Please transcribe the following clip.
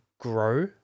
grow